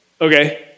Okay